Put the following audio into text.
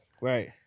Right